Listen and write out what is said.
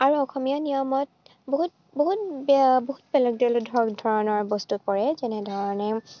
আৰু অসমীয়া নিয়মত বহুত বহুত বে বহুত বেলেগ বেলেগ ধৰ ধৰণৰ বস্তু পৰে যেনেধৰণে